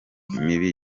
mibi